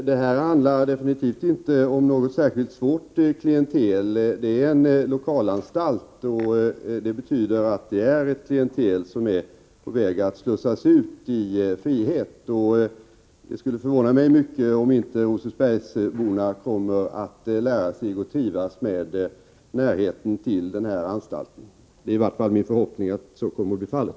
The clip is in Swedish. Herr talman! Det handlar definitivt inte om något särskilt svårt klientel som skall komma till denna anstalt. Det är en lokalanstalt, och det betyder att klientelet där är på väg att slussas ut i frihet. Det skulle förvåna mig mycket om rosersbergsborna inte kommer att lära sig att trivas med närheten till denna anstalt. Det är i varje fall min förhoppning att så blir fallet.